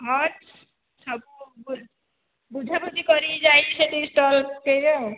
ହଁ ସବୁ ବୁଝା ବୁଝି କରିକି ଯାଇକି ସେଠି ଷ୍ଟଲ ପକେଇବା ଆଉ